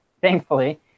thankfully